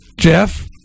Jeff